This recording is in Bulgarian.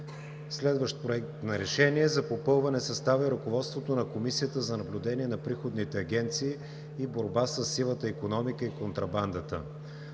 Следващият: „Проект! РЕШЕНИЕ за попълване състава и ръководството на Комисията за наблюдение на приходните агенции и борба със сивата икономика и контрабандата